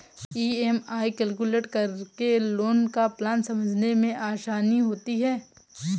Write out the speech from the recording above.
EMI calculate करके loan का plan समझने में आसानी होती है